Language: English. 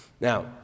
Now